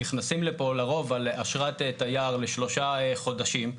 נכנסים לפה לרוב על אשרת תייר לשלושה חודשים.